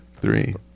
three